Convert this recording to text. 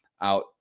out